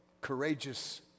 courageous